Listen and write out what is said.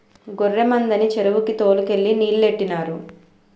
గొర్రె మందని చెరువుకి తోలు కెళ్ళి నీలెట్టినారు